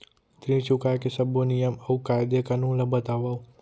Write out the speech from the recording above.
ऋण चुकाए के सब्बो नियम अऊ कायदे कानून ला बतावव